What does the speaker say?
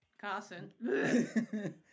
Carson